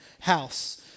house